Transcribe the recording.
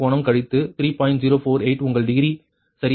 048 உங்கள் டிகிரி சரியா